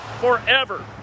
forever